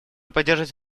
поддерживать